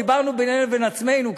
דיברנו בינינו לבין עצמנו,